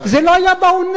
זה לא היה בעונה.